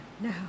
No